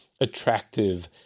attractive